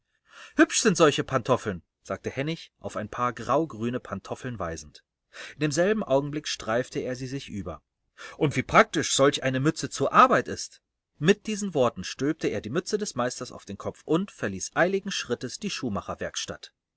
hübsch sind solche pantoffeln sagte hennig auf ein paar graugrüne pantoffeln weisend in demselben augenblick streifte er sie sich über und wie praktisch solch eine mütze zur arbeit ist mit diesen worten stülpte er die mütze des meisters auf den kopf und verließ eiligen schrittes die